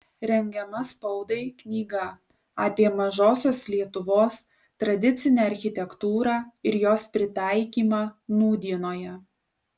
rengiama spaudai knyga apie mažosios lietuvos tradicinę architektūrą ir jos pritaikymą nūdienoje